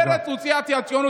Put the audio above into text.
אבל בכל מקרה אני מאחל לך בהצלחה,